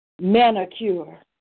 manicure